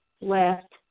left